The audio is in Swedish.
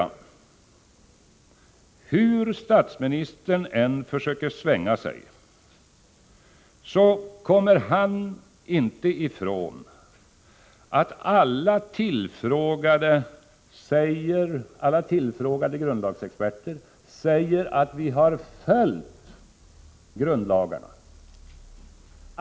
Hur statsministern än försöker svänga sig kommer han inte ifrån att alla tillfrågade grundlagsexperter säger att vi har följt grundlagarna.